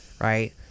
Right